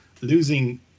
Losing